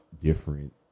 different